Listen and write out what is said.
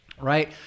right